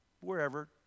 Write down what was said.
wherever